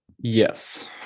Yes